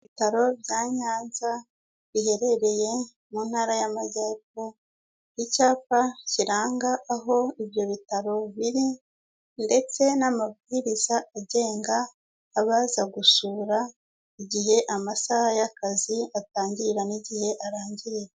Ibitaro bya Nyanza biherereye mu Ntara y'Amajyepfo, icyapa kiranga aho ibyo bitaro biri, ndetse n'amabwiriza agenga abaza gusura, igihe amasaha y'akazi atangirira n'igihe arangirira.